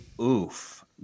oof